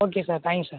okay sir thanks sir